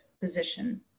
position